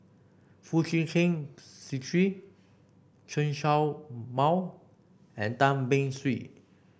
Foo Chee Keng Cedric Chen Show Mao and Tan Beng Swee